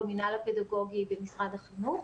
במינהל הפדגוגי במשרד החינוך.